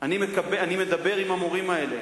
אני מדבר עם המורים האלה,